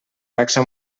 taxa